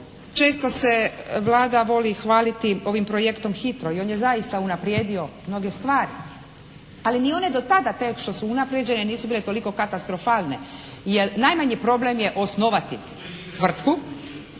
često se Vlada voli hvaliti ovim projektom "Hitro" i on je zaista unaprijedio mnoge stvari. Ali ni one do tada, te što su unaprijeđene nisu bile toliko katastrofalne. Jer najmanji problem je osnovati tvrtku.